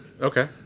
Okay